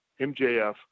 MJF